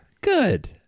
Good